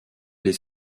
les